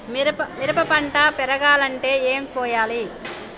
మిరప పెరగాలంటే ఏం పోయాలి?